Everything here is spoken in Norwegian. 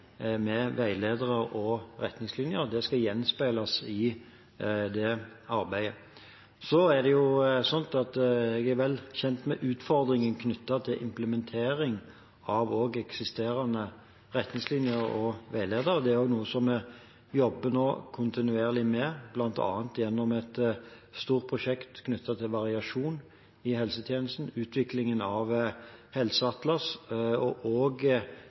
med veiledere og retningslinjer – det skal gjenspeiles i det arbeidet. Jeg er vel kjent med utfordringen knyttet til implementering av eksisterende retningslinjer og veiledere, det er også noe som vi nå jobber kontinuerlig med bl.a. gjennom et stort prosjekt knyttet til variasjon i helsetjenesten, utviklingen av Helseatlas og